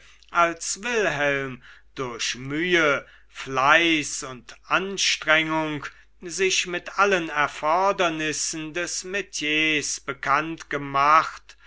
als wilhelm durch mühe fleiß und anstrengung sich mit allen erfordernissen des metiers bekannt gemacht